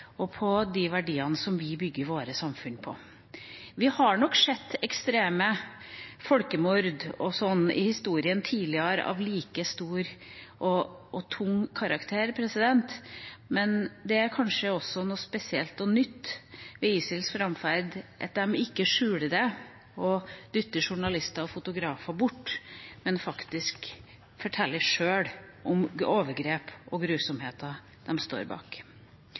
og de verdiene vi bygger våre samfunn på. Vi har nok sett ekstreme folkemord i historien tidligere av like stor og tung karakter, men det er kanskje også noe spesielt og nytt ved ISILs framferd at de ikke skjuler det og dytter journalister og fotografer bort, men faktisk sjøl forteller om overgrep og grusomheter de står bak.